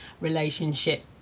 relationship